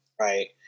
Right